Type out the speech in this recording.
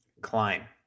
Klein